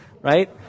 Right